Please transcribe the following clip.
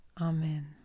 Amen